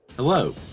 Hello